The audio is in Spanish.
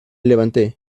levanté